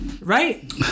right